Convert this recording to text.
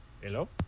Hello